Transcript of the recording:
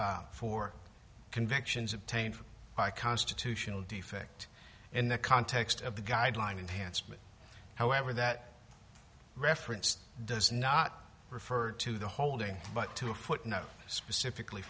for convictions obtained by constitutional defect in the context of the guideline enhanced however that referenced does not refer to the holding but to a footnote specifically